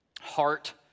heart